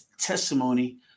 testimony